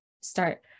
start